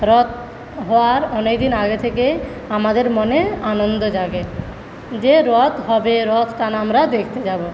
রথ হওয়ার অনেকদিন আগে থেকে আমাদের মনে আনন্দ জাগে যে রথ হবে রথ টানা আমরা দেখতে যাবো